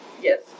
Yes